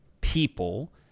people